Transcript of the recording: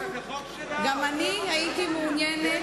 גם אני הייתי מעוניינת,